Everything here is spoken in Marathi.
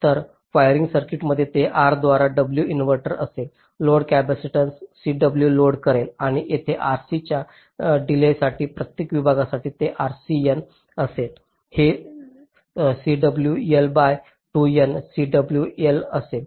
तर ड्रायव्हिंग सर्किटमध्ये ते R द्वारा W इन्व्हर्टर असेल लोड कॅपॅसिटन्सस Cw लोड करेल आणि येथे RC च्या डीलेयसाठी प्रत्येक विभागासाठी ते RC N असेल हे CW L by 2 N CW L असेल